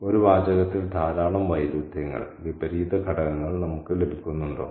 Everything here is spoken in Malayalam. ഒരു വാചകത്തിൽ ധാരാളം വൈരുദ്ധ്യങ്ങൾ വിപരീത ഘടകങ്ങൾ നമുക്ക് ലഭിക്കുന്നുണ്ടോ